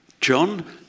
John